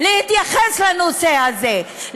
להתייחס לנושא הזה,